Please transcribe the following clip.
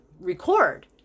record